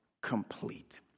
complete